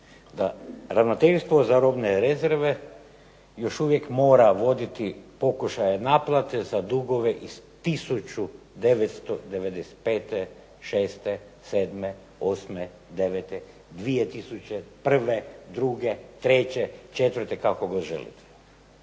da ravnateljstvo za robne rezerve još uvijek mora voditi pokušaje naplate za dugove iz 1995., 1996., 1997., 1998., 1999., 2000., 2001., 2002., 2003., 2004., kako god želite.